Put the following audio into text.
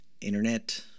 internet